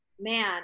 man